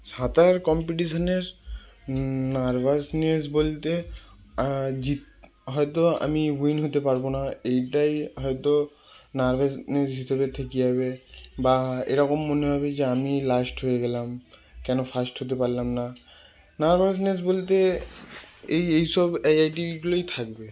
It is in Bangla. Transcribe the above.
সাঁতার কম্পিটিশানের নার্ভাসনেস বলতে জিত হয়তো আমি উইন হতে পারবো না এইটাই হয়তো নার্ভসনেস হিসেবে থেকে যাবে বা এরকম মনে হবে যে আমি লাস্ট হয়ে গেলাম কেন ফার্স্ট হতে পারলাম না নার্ভাসনেস বলতে এই এইসব এই এইটিগুলোই থাকবে